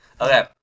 Okay